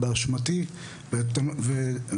הוא באשמתי והתנצלותי.